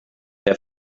der